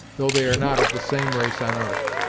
though they are not of the same race on arth.